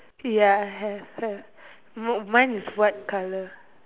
ya I have have mine is white colour